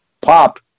pop